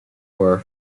were